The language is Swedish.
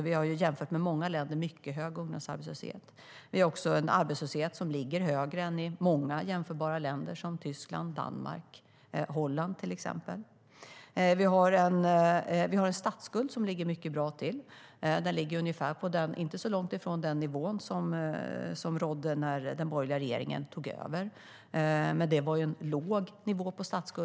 Vi har mycket hög ungdomsarbetslöshet jämfört med många länder. Vi har också en arbetslöshet som ligger högre än i många jämförbara länder, till exempel Tyskland, Danmark och Holland.Vi har en statsskuld som ligger mycket bra till, inte så långt ifrån den nivå som rådde när den borgerliga regeringen tog över, vilket var en låg nivå.